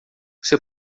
você